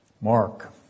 Mark